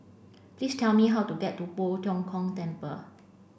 please tell me how to get to Poh Tiong Kiong Temple